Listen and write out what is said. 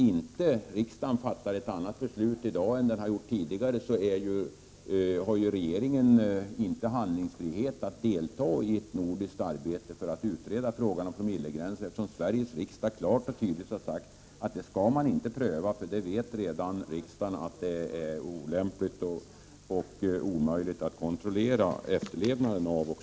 Om riksdagen inte fattar ett beslut som skiljer sig från det tidigare har regeringen inte handlingsfrihet när det gäller att delta i ett nordiskt arbete med att utreda frågan om promillegränsen. Sveriges riksdag har ju klart och tydligt uttalat att det inte skall ske någon prövning — riksdagen anser sig redan veta att det skulle vara både olämpligt och omöjligt att kontrollera efterlevnaden av lagen.